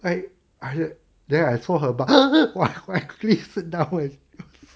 I I heard then I saw her mask !wah! I quickly sit down